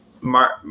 Mark